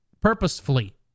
purposefully